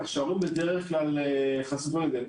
כך שההורים חשופים לזה.